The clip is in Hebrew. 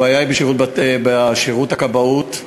הבעיה היא בשירות הכבאות,